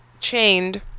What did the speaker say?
chained